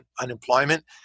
unemployment